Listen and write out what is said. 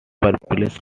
purplish